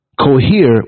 cohere